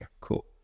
Cool